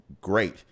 great